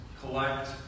Collect